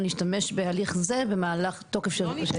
להשתמש בהליך זה במהלך תוקף של רישיון?